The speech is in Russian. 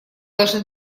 должны